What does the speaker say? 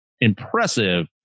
impressive